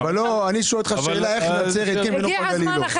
יש את הקריטריון של תמ"א 38. אף ישוב